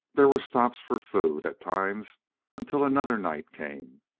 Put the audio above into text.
there were stops for food at times until another night came,